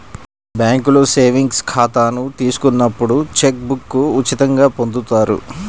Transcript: బ్యేంకులో సేవింగ్స్ ఖాతాను తీసుకున్నప్పుడు చెక్ బుక్ను ఉచితంగా పొందుతారు